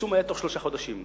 היישום היה בתוך שלושה חודשים.